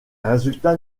résultats